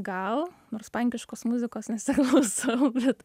gal nors pankiškos muzikos nesiklausau bet